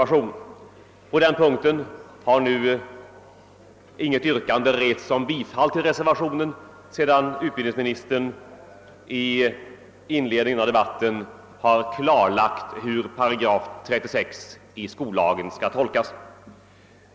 I fråga om den sistnämnda reservationen har inget yrkande om bifall framställts, sedan utbildningsministern i inledningen av debatten klarlagt hur 36 8 skollagen skall tolkas.